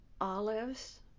Olives